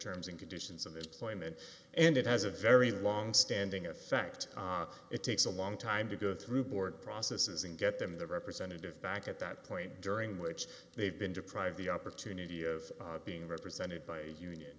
terms and conditions of their employment and it has a very long standing effect it takes a long time to go through board processes and get them the representative back at that point during which they've been deprived the opportunity of being represented by a union